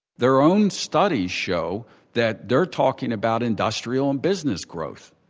their own studies show that they're talking about industrial and business growth,